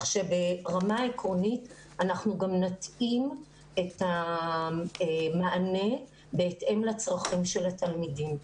ברמה העקרונית אנחנו גם נתאים את המענה בהתאם לצרכים של התלמידים.